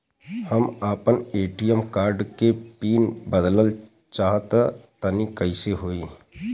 हम आपन ATM card के पीन बदलल चाहऽ तनि कइसे होई?